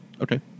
Okay